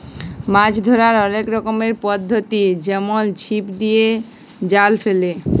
মাছ ধ্যরার অলেক রকমের পদ্ধতি যেমল ছিপ দিয়ে, জাল ফেলে